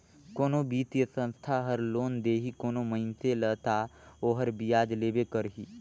कोनो बित्तीय संस्था हर लोन देही कोनो मइनसे ल ता ओहर बियाज लेबे करही